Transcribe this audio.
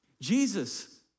Jesus